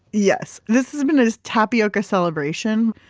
yes. this has been as tapioca celebration.